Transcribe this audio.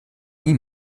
nie